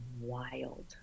wild